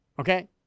okay